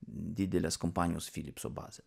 didelės kompanijos filipso bazė